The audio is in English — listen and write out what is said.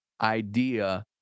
idea